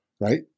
Right